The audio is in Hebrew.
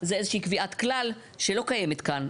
זה איזושהי קביעת כלל שלא קיימת כאן,